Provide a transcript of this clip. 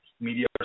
media